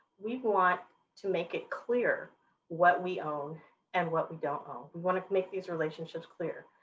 we want to make it clear what we own and what we don't own. we want to make these relationships clear,